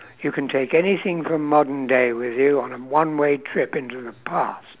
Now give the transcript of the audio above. you can take anything from modern day with you on a one way trip into the past